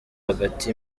hagati